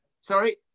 Sorry